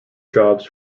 jobs